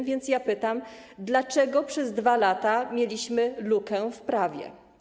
A więc pytam: Dlaczego przez 2 lata mieliśmy lukę w prawie?